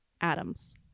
atoms